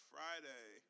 Friday